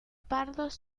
pardos